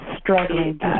struggling